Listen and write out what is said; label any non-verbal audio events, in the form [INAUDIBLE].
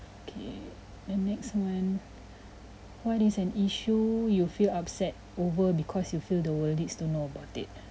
okay then next one [BREATH] what is an issue you feel upset over because you feel the world needs to know about it [NOISE]